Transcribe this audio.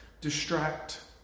distract